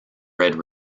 red